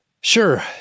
Sure